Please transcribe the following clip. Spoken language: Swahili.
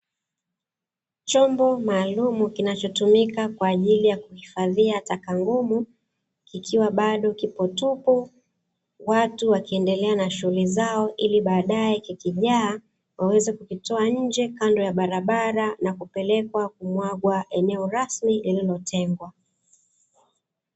Chombo maalumu kinachotumika kwa ajili ya kuhifadhia taka ngumu, kikiwa bado kipo tupu; watu wakiendelea na shughuli zao ili baadaye kikijaa waweze kukitoa nje kando ya barabara na kupelekwa kumwagwa eneo rasmi lililotengwa.